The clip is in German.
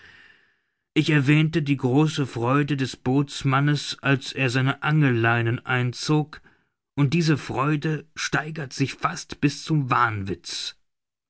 ich erwähnte die große freude des bootsmannes als er seine angelleinen einzog und diese freude steigert sich fast bis zum wahnwitz